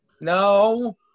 No